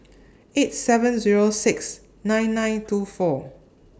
eight seven Zero six nine nine two four